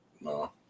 No